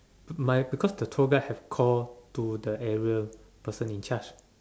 my because the tour guide have call to the area person in charge